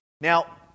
Now